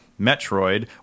Metroid